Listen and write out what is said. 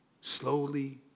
Slowly